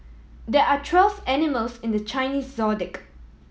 there are twelve animals in the Chinese Zodiac